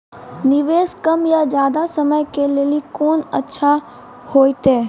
निवेश कम या ज्यादा समय के लेली कोंन अच्छा होइतै?